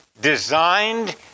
designed